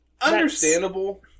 understandable